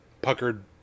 puckered